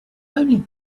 only